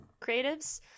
creatives